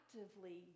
actively